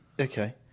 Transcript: okay